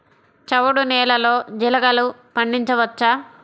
చవుడు నేలలో జీలగలు పండించవచ్చా?